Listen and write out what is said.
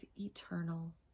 eternal